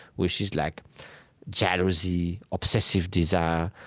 which is like jealousy, obsessive desire,